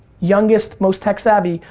youngest, most tech savvy,